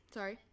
Sorry